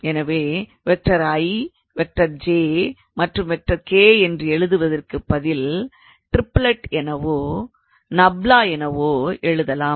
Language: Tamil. எனவே 𝑖̂ 𝑗 ̂மற்றும் 𝑘̂ என்று எழுதுவதற்கு பதில் டிரிப்லெட் எனவோ நப்லா எனவோ எழுதலாம்